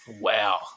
Wow